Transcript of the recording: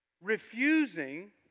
Refusing